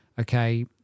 okay